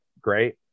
great